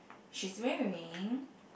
she's wearing